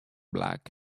black